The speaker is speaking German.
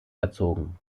erzogen